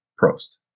Prost